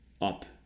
up